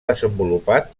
desenvolupat